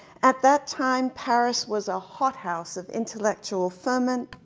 at that time paris was a hot house of intellectual ferment,